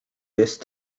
jest